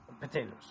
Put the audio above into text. potatoes